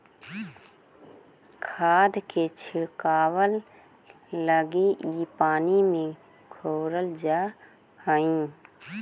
खाद के छिड़काव लगी इ पानी में घोरल जा हई